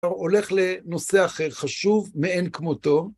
... הולך לנושא אחר, חשוב, מעין כמותו.